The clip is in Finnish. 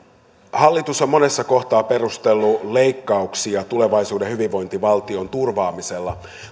hallitus on monessa kohtaa perustellut leikkauksia tulevaisuuden hyvinvointivaltion turvaamisella